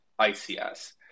ICS